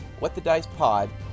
WhatTheDicePod